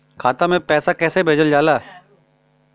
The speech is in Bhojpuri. खाता में पैसा कैसे भेजल जाला?